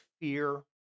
fear